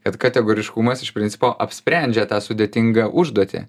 kad kategoriškumas iš principo apsprendžia tą sudėtingą užduotį